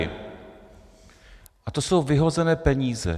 A to jsou vyhozené peníze.